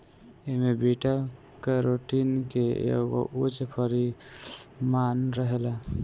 एमे beta carotene के एगो उच्च परिमाण रहेला